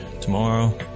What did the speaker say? Tomorrow